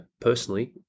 personally